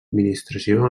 administració